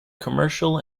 commercial